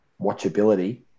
watchability